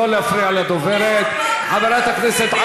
לתקנון הכנסת,